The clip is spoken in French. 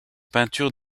peintures